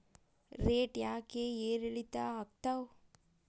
Rate ಯಾಕೆ ಏರಿಳಿತ ಆಗ್ತಾವ?